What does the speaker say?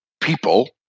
people